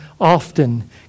often